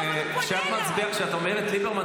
כשאת אומרת ליברמן,